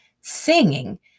singing